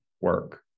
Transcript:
work